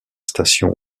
station